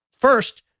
First